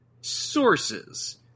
Sources